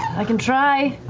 i can try.